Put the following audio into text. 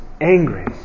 angry